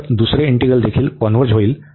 तर दुसरे इंटीग्रल देखील कॉन्व्हर्ज होईल